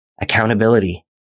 Accountability